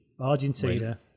Argentina